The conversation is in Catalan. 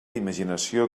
imaginació